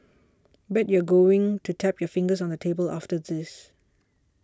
bet you're going to tap your fingers on the table after this